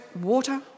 water